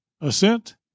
Assent